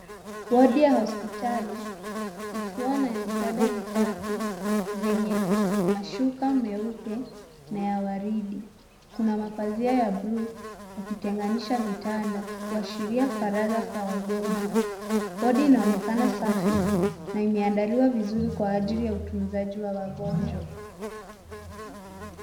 Wodi ya hospitali ikiwa na vitanda vitatu zenye mashuka meupe na ya waridi. Kuna mapazia ya buluu yakitenganisha vitanda kuashira faragha kwa wagonjwa. Wodi inaonekana safi na imeandaliwa vizuri kwa ajili ya utunzaji wa wagonjwa.